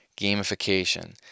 gamification